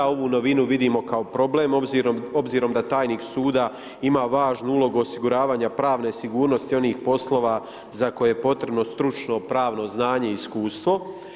Ovu novinu vidimo kao problem, obzirom da tajnik suda ima važnu ulogu osiguravanja pravne sigurnosti onih poslova za koje je potrebno stručno, pravno znanje i iskustvo.